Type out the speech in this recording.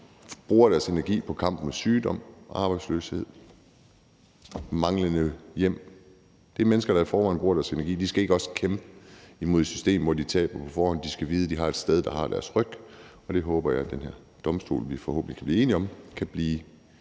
bruger deres energi på kampen mod sygdomme, arbejdsløshed og manglende hjem. Det er mennesker, der i forvejen bruger deres energi. De skal ikke også kæmpe imod et system, hvor de taber på forhånd. De skal vide, at de har et sted, som har deres ryg, og det håber jeg at den her domstol, som vi forhåbentlig kan blive enige om, kan blive